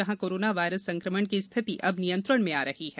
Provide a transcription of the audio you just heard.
जहां corona virus संक्रमण की स्थिति अब नियंत्रण में आ रही है